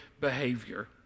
behavior